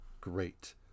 great